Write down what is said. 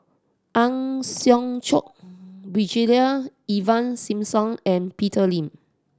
Ang Hiong Chiok Brigadier Ivan Simson and Peter Lee